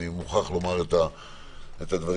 אני אומר את זה